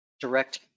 direct